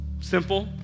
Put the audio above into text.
Simple